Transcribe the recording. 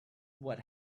what